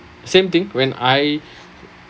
same thing when I